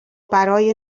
برای